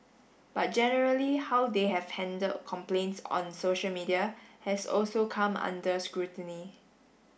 but generally how they have handled complaints on social media has also come under scrutiny